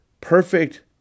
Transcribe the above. perfect